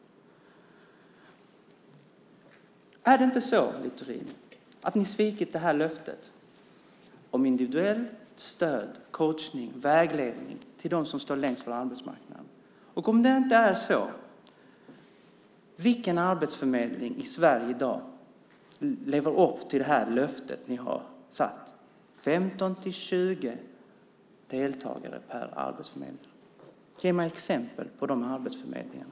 Är det inte så, Littorin, att ni svikit löftet om individuellt stöd, coachning, vägledning till dem som står längst från arbetsmarknaden? Om det inte är så, vilken arbetsförmedling i Sverige i dag lever upp till det löfte som ni har satt om 15-20 deltagare per arbetsförmedlare? Ge mig exempel på de arbetsförmedlingarna!